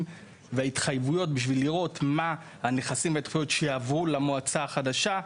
וההתחייבויות בשביל לראות מהם הנכסים וההתחייבויות שיעברו למועצה החדשה.